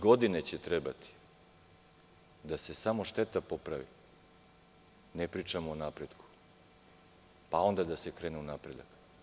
Godine će trebati da se samo šteta popravi, ne pričamo o napretku, pa onda da se krene u napredak.